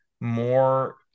more